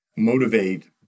motivate